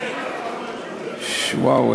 וואו,